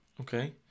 Okay